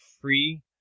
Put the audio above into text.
free